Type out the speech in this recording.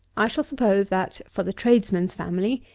i shall suppose, that, for the tradesman's family,